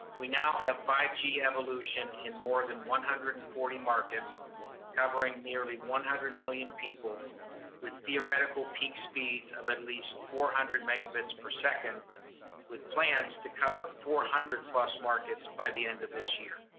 we now have five key evolution in more than one hundred and forty markets covering nearly one hundred million people with theoretical peak speeds of at least four hundred megabits per second with plans to cover four hundred plus markets by the end of this year.